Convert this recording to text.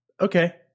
Okay